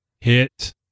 hit